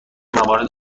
موارد